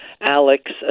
Alex